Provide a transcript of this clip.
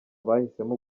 bahisemo